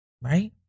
right